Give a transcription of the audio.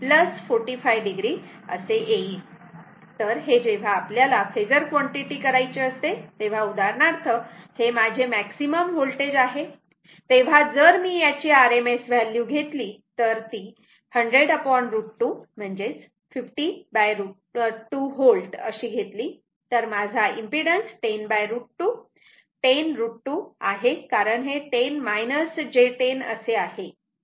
तर हे जेव्हा आपल्याला फेजर क्वांटिटी करायचे असते तेव्हा उदाहरणार्थ हे माझे मॅक्सिमम व्होल्टेज आहे तेव्हा जर मी याची RMS व्हॅल्यू घेतली तर ती 100√ 2 50 √ 2 V अशी घेतली तर माझा इम्पीडन्स 10 √ 2 आहे कारण हे 10 j 10 असे आहे